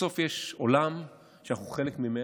בסוף יש עולם שאנחנו חלק ממנו,